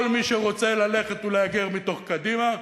כל מי שרוצה ללכת ולהגר מתוך קדימה,